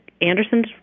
Anderson's